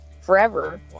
forever